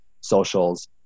socials